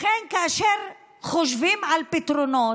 לכן, כאשר חושבים על פתרונות,